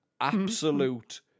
Absolute